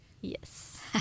Yes